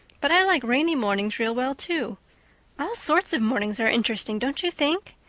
but i like rainy mornings real well, too all sorts of mornings are interesting, don't you think?